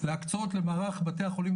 להקצות למערך בתי החולים,